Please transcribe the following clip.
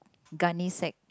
gunny sack